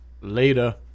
Later